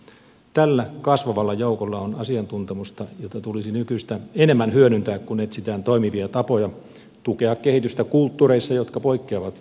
tällä kasvavalla joukolla on asiantuntemusta jota tulisi nykyistä enemmän hyödyntää kun etsitään toimivia tapoja tukea kehitystä kulttuureissa jotka poikkeavat omastamme